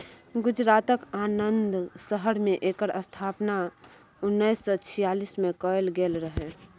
गुजरातक आणंद शहर मे एकर स्थापना उन्नैस सय छियालीस मे कएल गेल रहय